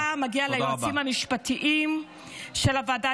מגיעה תודה ליועצים המשפטיים של הוועדה